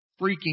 freaking